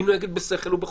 אם --- בשכל ובחוכמה.